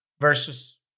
versus